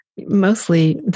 mostly